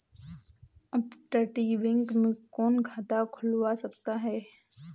अपतटीय बैंक में कौन खाता खुलवा सकता है?